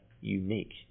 unique